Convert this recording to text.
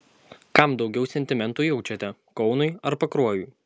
kam daugiau sentimentų jaučiate kaunui ar pakruojui